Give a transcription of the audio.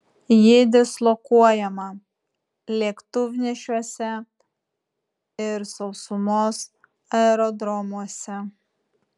ji dislokuojama lėktuvnešiuose ir sausumos aerodromuose